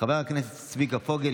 חבר הכנסת צביקה פוגל,